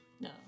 No